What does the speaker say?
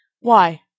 Why